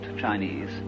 Chinese